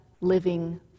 living